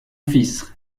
fils